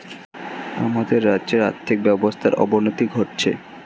আমাদের রাজ্যের আর্থিক ব্যবস্থার অবনতি ঘটছে